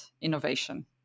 innovation